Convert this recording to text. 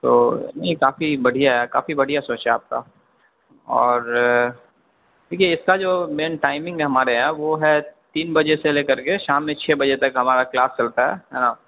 تو نہیں کافی بڑھیا ہے کافی بڑھیا سوچا آپ کا اور دیکھیے اس اس کا جو مین ٹائمنگ ہے ہمارے یہاں وہ ہے تین بجے سے لے کر کے شام میں چھ بجے تک ہمارا کلاس چلتا ہے نا